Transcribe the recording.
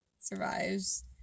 survives